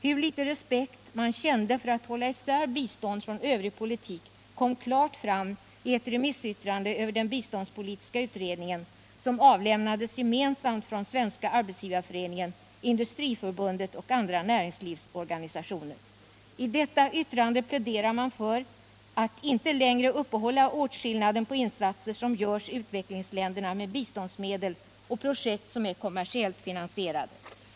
Hurliten respekt man kände för att hålla isär bistånd från övrig politik kom klart fram i ett remissyttrande över den biståndspolitiska utredningen som avlämnades gemensamt från Svenska arbetsgivareföreningen, Industriförbundet och andra näringslivsorganisationer. I detta yttrande pläderar man för att inte längre uppehålla åtskillnaden mellan insatser som görs i utvecklingsländerna med biståndsmedel och projekt som är kommersiellt finansierade.